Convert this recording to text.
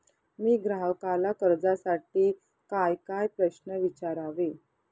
मी ग्राहकाला कर्जासाठी कायकाय प्रश्न विचारावे?